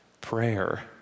prayer